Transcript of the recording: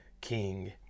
king